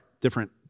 Different